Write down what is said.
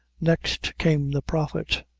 next came the prophet.